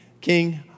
King